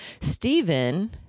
Stephen